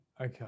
okay